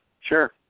Sure